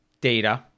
data